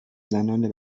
زنان